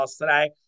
today